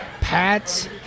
Pat's